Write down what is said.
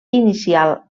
inicial